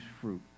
fruit